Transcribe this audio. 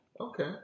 Okay